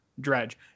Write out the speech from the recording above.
dredge